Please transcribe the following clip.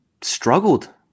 struggled